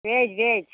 veg veg